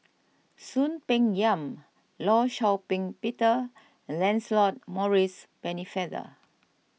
Soon Peng Yam Law Shau Ping Peter and Lancelot Maurice Pennefather